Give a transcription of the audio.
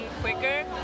quicker